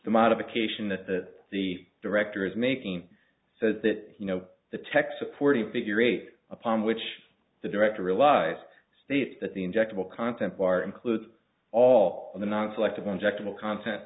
the modification that the the director is making so that you know the tech support the figure eight upon which the director realize state that the injectable contents are includes all the nonselective injectable content